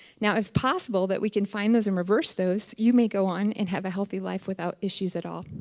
now, if possible that we can find those and reverse those, you may go on and have a healthy life without issues at all.